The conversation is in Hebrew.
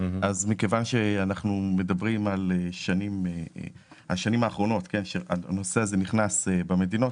אז מכיוון שאנחנו מדברים על השנים האחרונות כשהנושא הזה נכנס במדינות,